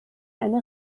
eine